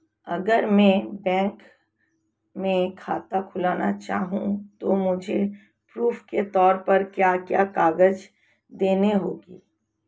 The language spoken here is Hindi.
अगर मैं बैंक में खाता खुलाना चाहूं तो मुझे प्रूफ़ के तौर पर क्या क्या कागज़ देने होंगे?